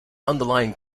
underlying